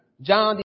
John